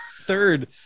Third